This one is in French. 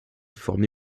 formé